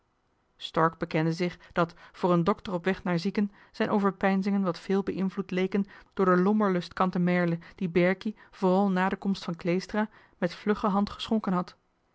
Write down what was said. stork bekende zich dat voor een dokter op weg naar zieken zijn overpeinzingen wat veel beinvloed leken door de lommerlust cantemerle die berkie vooral na de komst van kleestra met vlugge hand geschonken had